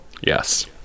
Yes